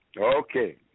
Okay